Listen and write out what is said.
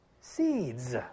seeds